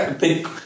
big